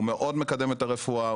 הוא מאוד מקדם את הרפואה,